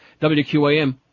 WQAM